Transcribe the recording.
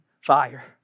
fire